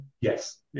Yes